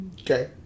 Okay